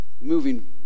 moving